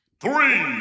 three